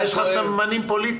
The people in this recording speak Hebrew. אתה יש לך סממנים פוליטיים.